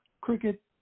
cricket